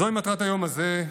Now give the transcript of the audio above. זוהי מטרת היום הזה,